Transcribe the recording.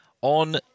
On